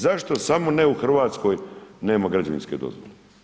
Zašto samo ne u Hrvatskoj nema građevinske dozvole?